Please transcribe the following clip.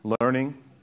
learning